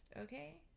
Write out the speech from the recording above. okay